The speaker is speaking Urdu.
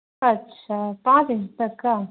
اچھا پانچ دن تک کا